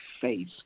faith